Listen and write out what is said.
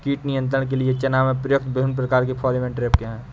कीट नियंत्रण के लिए चना में प्रयुक्त विभिन्न प्रकार के फेरोमोन ट्रैप क्या है?